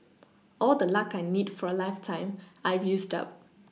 all the luck I need for a lifetime I've used up